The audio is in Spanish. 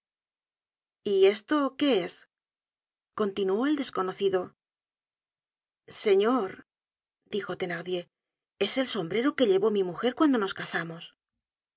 y esto qué es continuó el desconocido señor dijo thenardier es el sombrero que llevó mi mujer cuando nos casamos